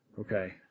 okay